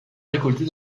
récoltée